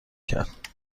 کرد